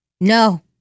No